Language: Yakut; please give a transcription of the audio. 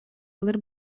былыр